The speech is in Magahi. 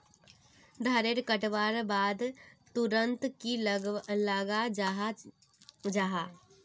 धानेर कटवार बाद तुरंत की लगा जाहा जाहा?